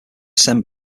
send